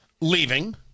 leaving